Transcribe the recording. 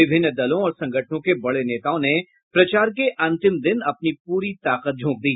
विभिन्न दलों और संगठनों के बड़े नेताओं ने प्रचार के अंतिम दिन अपनी पूरी ताकत झोंक दी